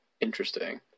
interesting